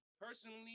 personally